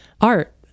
art